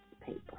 paper